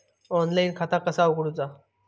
Online खाता कसा उगडूचा?